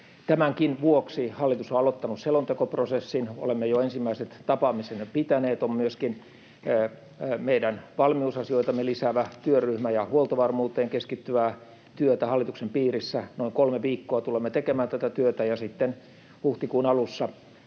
Tämänkin vuoksi hallitus on aloittanut selontekoprosessin — olemme jo ensimmäiset tapaamisemme pitäneet. On myöskin meidän valmiusasioitamme lisäävä työryhmä ja huoltovarmuuteen keskittyvää työtä hallituksen piirissä. Noin kolme viikkoa tulemme tekemään tätä työtä, ja sitten huhtikuun alussa